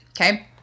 okay